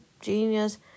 genius